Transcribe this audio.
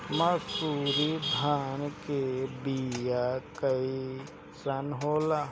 मनसुरी धान के बिया कईसन होला?